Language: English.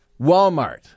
Walmart